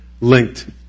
linked